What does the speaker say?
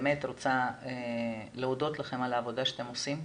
אבל אני באמת רוצה להודות לכם על העבודה שאתם עושים,